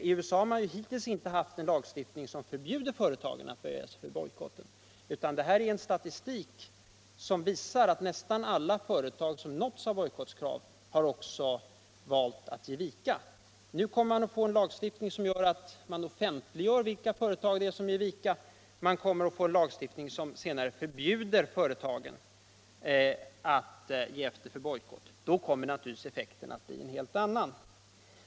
I USA har man hitulls inte hatft en lagstiftning som tförbjuder företagen att böja sig för bojkotten, utan detta är en statistik som visar att nästan alla företag som har nåtts av bojkottkrav också har valt att ge vika. Nu finns en lagsuiftning som gör att man offentliggör vilka företag som ger vika. Man kommer senure att få en lagstiftning som förbjuder företagen att ge efter för bojkout. Då kommer naturligtvis effekten att bli en helt annan.